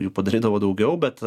jų padarydavo daugiau bet